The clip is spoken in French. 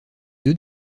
deux